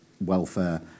welfare